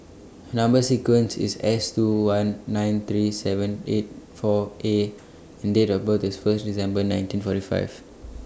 Number sequence IS S two one nine three seven eight four A and Date of birth IS First December nineteen forty five